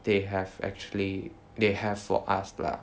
they have actually they have for us lah